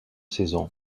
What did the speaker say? saison